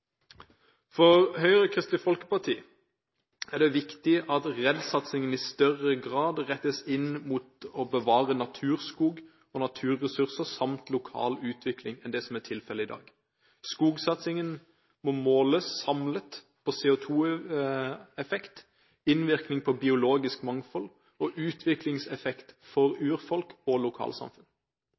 For Høyre og Kristelig Folkeparti er det viktig at REDD-satsingen i større grad rettes inn mot å bevare naturskog og naturressurser samt lokal utvikling enn det som er tilfellet i dag. Skogsatsingen må måles samlet på CO2-effekt, innvirkning på biologisk mangfold og utviklingseffekt for urfolk og lokalsamfunn.